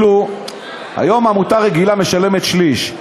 היום עמותה רגילה משלמת שליש.